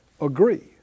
Agree